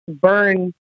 burn